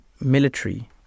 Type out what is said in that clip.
military